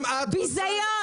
היה ביזיון.